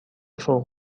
فوق